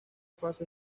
fase